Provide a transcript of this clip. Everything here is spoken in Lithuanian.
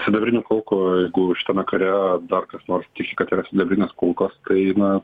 sidabrinių kulkų jeigu šitame kare dar kas nors tiki kad yra sidabrinės kulkos tai na